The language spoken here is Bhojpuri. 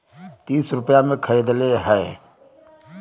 तीस रुपइया मे खरीदले हौ